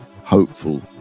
hopeful